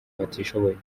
batishoboye